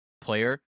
player